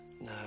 No